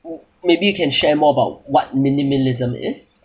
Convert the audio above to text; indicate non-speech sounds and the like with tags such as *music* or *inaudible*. *noise* maybe you can share more about what minimalism is